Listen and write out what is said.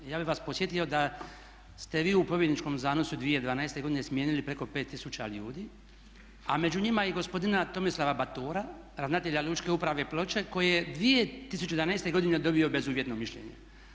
Ja bih vas podsjetio da ste vi u pobjedničkom zanosu 2012. godine smijenili preko 5 tisuća ljudi a među njima i gospodina Tomislava Batura ravnatelja lučke uprave Ploče koji je 2011. dobio bezuvjetno mišljenje.